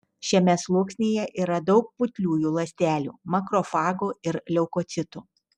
šiame sluoksnyje yra daug putliųjų ląstelių makrofagų ir leukocitų